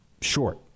short